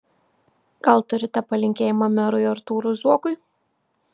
gal turite palinkėjimą merui artūrui zuokui